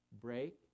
Break